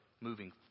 moving